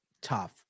tough